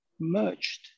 merged